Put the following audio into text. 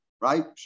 right